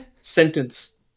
sentence